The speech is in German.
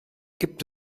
gibt